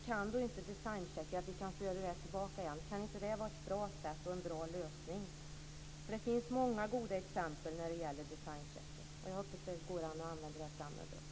Kan då inte designcheckar, för att föra tillbaka frågan till det, vara ett bra sätt och en bra lösning? Det finns många goda exempel när det gäller designcheckar, och jag hoppas att det går att använda dem också framöver.